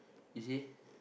you see